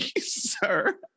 sir